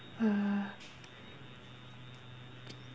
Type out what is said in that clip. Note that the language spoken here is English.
err